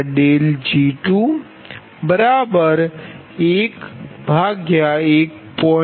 14 0